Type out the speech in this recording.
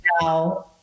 Now